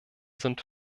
sind